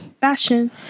Fashion